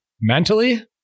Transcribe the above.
mentally